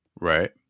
Right